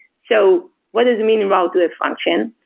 so what does it mean route to a function?